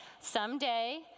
someday